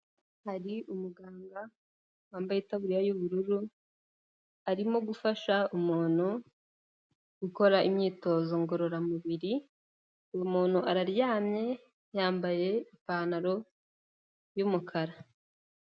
Hari umuganga wambaye itaburiya y'ubururu, arimo gufasha umuntu gukora imyitozo ngororamubiri, uyu muntu araryamye yambaye ipantaro y'umukara.